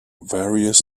various